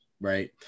right